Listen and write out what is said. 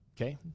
Okay